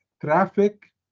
traffic